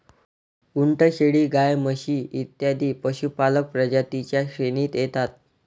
उंट, शेळी, गाय, म्हशी इत्यादी पशुपालक प्रजातीं च्या श्रेणीत येतात